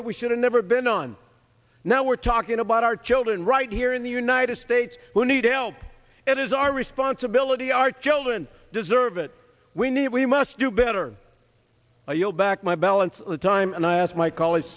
that we should have never been on now we're talking about our children right here in the united states who need help it is our responsibility our children deserve it we need it we must do better i yield back my balance time and i asked my colle